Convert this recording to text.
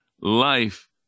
life